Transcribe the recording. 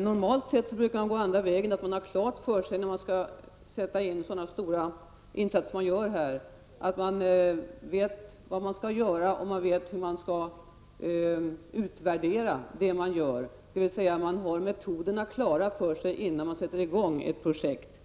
Normalt sett brukar man gå andra vägen. När man skall sätta in så stora insatser som man gör här, brukar man gå andra vägen och ha klart för sig vad man skall göra och hur man skall utvärdera det man gör, dvs. man har metoderna klara för sig innan man sätter i gång ett projekt.